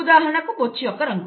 ఉదాహరణకు బొచ్చు యొక్క రంగు